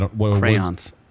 Crayons